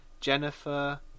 Jennifer